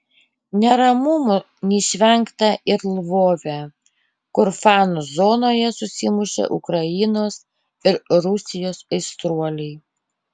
neramumų neišvengta ir lvove kur fanų zonoje susimušė ukrainos ir rusijos aistruoliai